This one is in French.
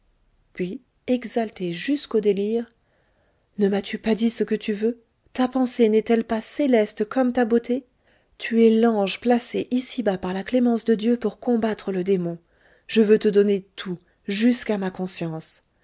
puis exalté jusqu'au délire ne m'as-tu pas dit ce que tu veux ta pensée n'est-elle pas céleste comme ta beauté tu es l'ange placé ici-bas par la clémence de dieu pour combattre le démon je veux te donner tout jusqu'à ma conscience